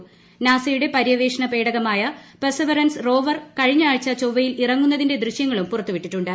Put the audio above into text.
ൂനാസയുടെ പര്യവേഷണ പേടകമായ Perseverance rover കുഴിഞ്ഞ ആഴ്ച ചൊവ്വയിൽ ഇറങ്ങുന്നതിന്റെ ദൃശ്യങ്ങളും പ്പുറത്തുവിട്ടിട്ടുണ്ട്